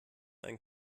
ein